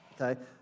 okay